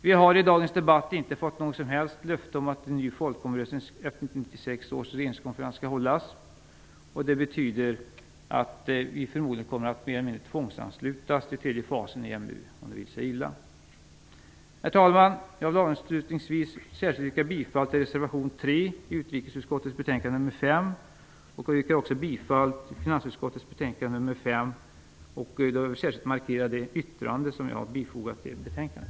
Vi har i dagens debatt inte fått något som helst löfte om att en ny folkomröstning efter 1996 års regeringskonferens skall hållas. Det betyder att vi förmodligen kommer att tvångsanslutas till den tredje fasen av EMU, om det vill sig illa. Avslutningsvis, herr talman, vill jag särskilt yrka bifall till reservation 3 i utrikesutskottets betänkande nr 5 och till finansutskottets hemställan i betänkande 5. Jag vill särskilt markera det yttrande som jag bifogat det betänkandet.